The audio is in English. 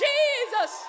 Jesus